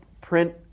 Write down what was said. print